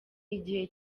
igihe